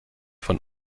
von